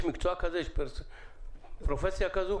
יש פרופסיה כזאת?